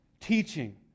teaching